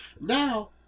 Now